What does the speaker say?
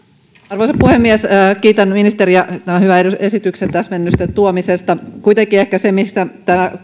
arvoisa puhemies kiitän ministeriä hyvän esityksen ja täsmennysten tuomisesta kuitenkin ehkä se mistä